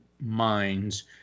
minds